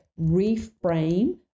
reframe